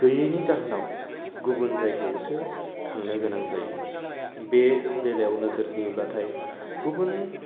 गोयैनि जाहोनाव गुबुन जायगायावसो थांनो गोनां जायो बे बेलायाव नोजोर होयोब्लाथाइ गुबुन